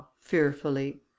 fearfully